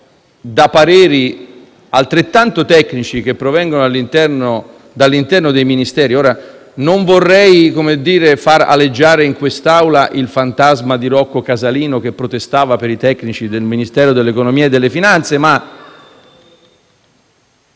da pareri altrettanto tecnici, che provengono dall'interno dei Ministeri. Ora, non vorrei far aleggiare in quest'Aula il fantasma di Rocco Casalino, che protestava contro i tecnici del Ministero dell'economia e delle finanze